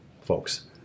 folks